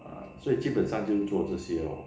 err 所以基本上就做这些 lor